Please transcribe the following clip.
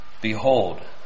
behold